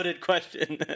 question